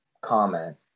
comment